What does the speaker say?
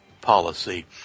policy